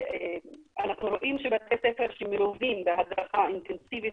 שבתי ספר שמלווים בהדרכה אינטנסיבית